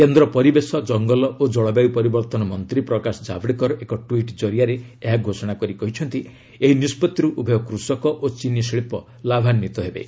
କେନ୍ଦ୍ର ପରିବେଶ ଜଙ୍ଗଲ ଓ ଜଳବାୟୁ ପରିବର୍ତ୍ତନ ମନ୍ତ୍ରୀ ପ୍ରକାଶ ଜାବଡ଼େକର ଏକ ଟ୍ୱିଟ୍ ଜରିଆରେ ଏହା ଘୋଷଣା କରି କହିଛନ୍ତି ଏହି ନିଷ୍ପଭିରୁ ଉଭୟ କୃଷକ ଓ ଚିନି ଶିଳ୍ପ ଲାଭାନ୍ପିତ ହେବେ